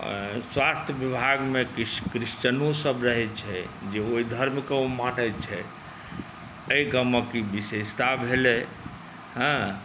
स्वास्थ्य विभागमे किछु क्रिश्चनोसब रहै छै जे ओहि धर्मके ओ मानै छै एहि गामके ई विशेषता भेलै हँ